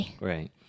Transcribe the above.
Right